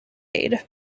aid